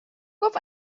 گفت